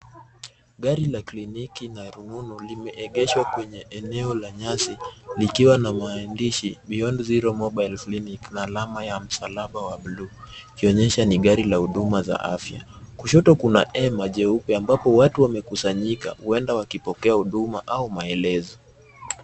Gari la kliniki la rununu, limeegeshwa kwenye eneo la nyasi likiwa na maandishi Beyond Zero Mobile Clinic na alama ya msalaba wa buluu ikionyesha ni gari la huduma za afya, kushoto kuna hema jeupe ambapo watu wamekusanyika, huenda wakipokea huduma au maelezo.